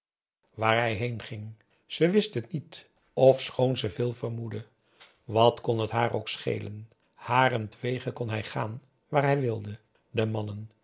waar hij heenging ze wist het niet ofschoon ze veel vermoedde wat kon het haar ook schelen harentwege kon hij gaan waar hij wilde de mannen